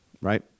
right